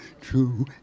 true